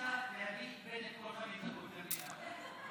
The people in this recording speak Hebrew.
סיעת יהדות התורה וקבוצת סיעת הציונות הדתית לפני סעיף 1 לא נתקבלה.